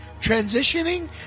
transitioning